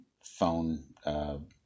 phone